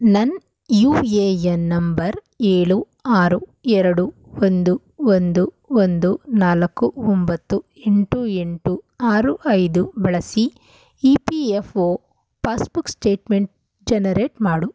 ನನ್ನ U A N number ಏಳು ಆರು ಎರಡು ಒಂದು ಒಂದು ಒಂದು ನಾಲ್ಕು ಒಂಬತ್ತು ಎಂಟು ಎಂಟು ಆರು ಐದು ಬಳಸಿ E P F O passbook statement generate ಮಾಡು